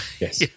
Yes